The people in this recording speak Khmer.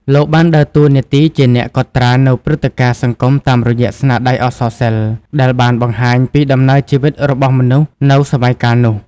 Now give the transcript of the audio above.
លោកបានដើរតួនាទីជាអ្នកកត់ត្រានូវព្រឹត្តិការណ៍សង្គមតាមរយៈស្នាដៃអក្សរសិល្ប៍ ដែលបានបង្ហាញពីដំណើរជីវិតរបស់មនុស្សនៅសម័យកាលនោះ។